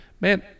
man